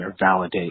validate